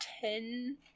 ten